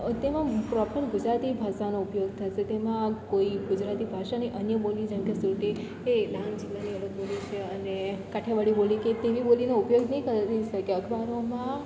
તેમાં પ્રોપર ગુજરાતી ભાષાનો ઉપયોગ થશે તેમાં કોઈ ગુજરાતી ભાષાની અન્ય બોલી જેમકે સુરતી કે ડાંગ જિલ્લાની અલગ બોલી છે અને કઠિયાવાડી બોલી કે તેવી બોલીનો ઉપયોગ નહીં કરે મિન્સ કે અખબારોમાં